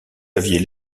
aviez